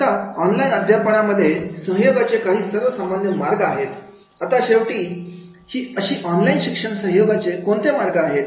आता ऑनलाइन अध्यापनामध्ये सहयोगाचे काही सर्वसामान्य हे मार्ग आहेत आता शेवटी ही अशी ऑनलाइन शिक्षण सहयोगाचे कोणते मार्ग आहेत